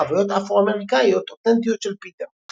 וחוויות אפרו-אמריקאיות אותנטיות של פיטר.